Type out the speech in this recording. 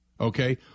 okay